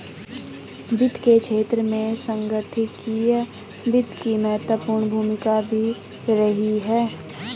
वित्त के क्षेत्र में संगणकीय वित्त की महत्वपूर्ण भूमिका भी रही है